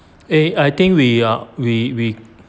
eh I think we are we we